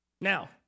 Now